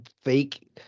fake